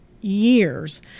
years